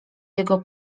jego